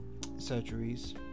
surgeries